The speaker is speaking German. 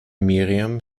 miriam